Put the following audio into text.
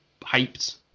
hyped